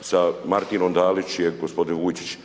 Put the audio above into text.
sa Martinom Dalić je gospodin Vujčić,